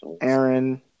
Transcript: Aaron